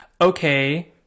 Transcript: okay